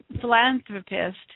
philanthropist